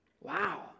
Wow